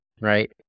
right